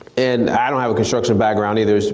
and i don't have a construction background either.